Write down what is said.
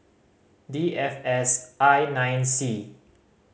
D F S I nine C